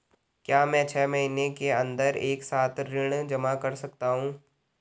क्या मैं छः महीने के अन्दर एक साथ ऋण जमा कर सकता हूँ?